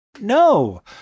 no